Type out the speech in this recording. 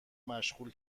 مشغول